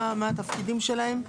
מה התפקידים שלהן?